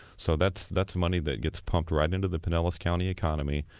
so that's that's money that gets pumped right into the pinellas county economy.